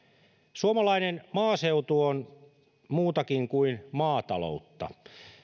suomalainen maaseutu on muutakin kuin maataloutta